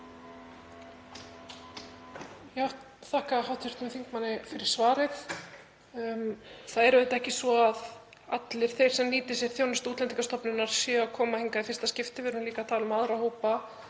Ég þakka hv. þingmanni fyrir svarið. Það er auðvitað ekki svo að allir þeir sem nýta sér þjónustu Útlendingastofnunar séu að koma hingað í fyrsta skipti. Við erum líka að tala um aðra hópa